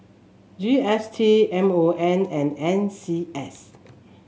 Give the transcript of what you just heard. G S T M O N and N C S